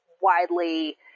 widely